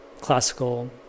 classical